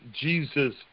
Jesus